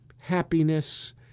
happiness